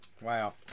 Wow